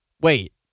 wait